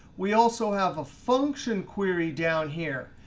we also have a function query down here.